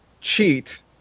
cheat